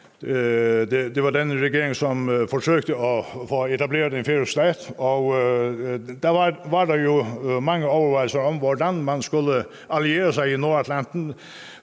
det var den regering, som forsøgte at få etableret en færøsk stat, og der var der jo mange overvejelser om, hvordan man skulle alliere sig i Nordatlanten